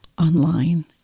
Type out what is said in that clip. online